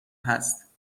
هست